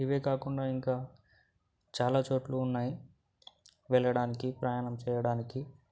ఇవే కాకుండా ఇంకా చాలా చోట్లు ఉన్నాయి వెళ్ళడానికి ప్రయాణం చేయడానికి